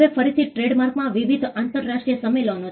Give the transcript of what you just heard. હવે ફરીથી ટ્રેડમાર્કમાં વિવિધ આંતરરાષ્ટ્રીય સંમેલનો છે